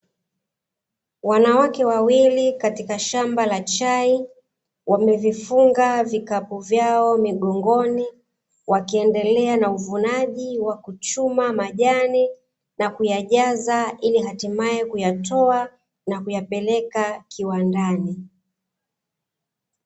Wanawake wawili katika shamba la chai, wamevifunga vikapu vyao migongoni, wakiendelea na uvunaji wa kuchuma majani na kuyajaza, ili hatimaye kutoa na kuyapeleka kiwandani.